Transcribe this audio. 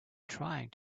trying